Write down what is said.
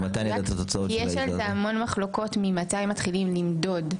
כי יש על זה המון מחלוקות ממתי מתחילים למדוד,